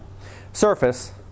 surface